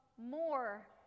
more